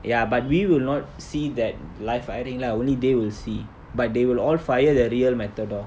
ya but we will not see that live firing lah only they will see but they will all fire the real matador